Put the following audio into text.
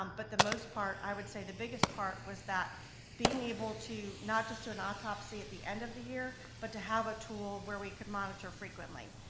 um but the most part, i would say the biggest part was that being able to not just do an autopsy at the end of the year but to have a tool where we could monitor frequently.